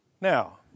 Now